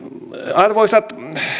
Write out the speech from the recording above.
arvoisat